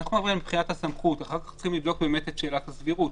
אנחנו צריכים לבדוק את שאלת הסבירות,